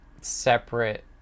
separate